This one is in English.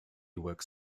worked